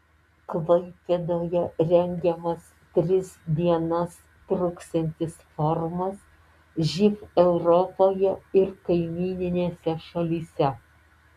klaipėdoje rengiamas tris dienas truksiantis forumas živ europoje ir kaimyninėse šalyse